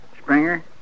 Springer